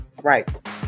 Right